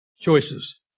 Choices